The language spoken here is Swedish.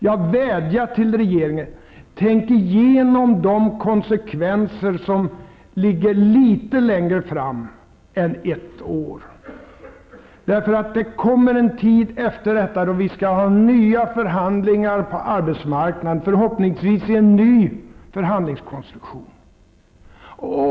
Jag vädjar till regeringen: Tänk igenom de konsekvenser som ligger litet längre fram än ett år. Det kommer en tid efter detta då vi skall ha nya förhandlingar på arbetsmarknaden, förhoppningsvis i en ny förhandlingskonstruktion.